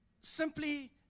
simply